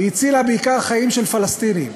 היא הצילה בעיקר חיים של פלסטינים,